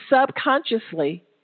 subconsciously